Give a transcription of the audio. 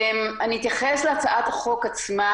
אתייחס להצעת החוק עצמה.